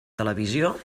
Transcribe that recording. televisió